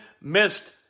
missed